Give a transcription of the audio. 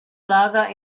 lager